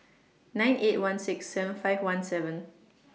nine eight one six seven five one seven